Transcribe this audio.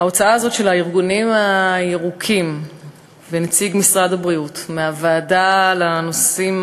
ההוצאה הזו של הארגונים הירוקים ונציג משרד הבריאות מהוועדה לנושאים